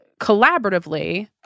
collaboratively